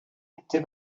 bitte